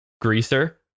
greaser